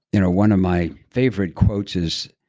you know one of my favorite quotes is,